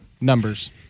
Numbers